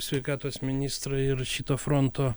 sveikatos ministrą ir šito fronto